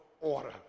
order